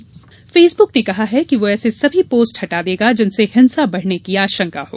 Facebook Facebook ने कहा है कि वह ऐसे सभी पोस्टह हटा देगा जिनसे हिंसा बढ़ने की आशंका हो